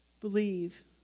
believe